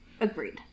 Agreed